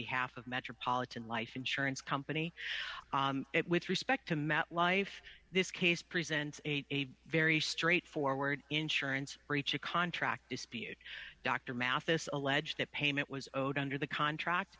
behalf of metropolitan life insurance company with respect to met life this case presents a very straightforward insurance breach of contract dispute dr mathis allege that payment was owed under the contract